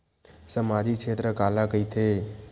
सामजिक क्षेत्र काला कइथे?